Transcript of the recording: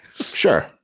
Sure